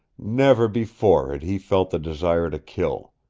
never before had he felt the desire to kill.